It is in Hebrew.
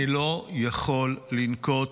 אני לא יכול לנקוט,